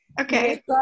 Okay